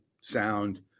sound